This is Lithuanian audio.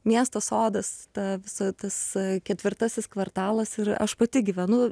miesto sodas ta visa tas ketvirtasis kvartalas ir aš pati gyvenu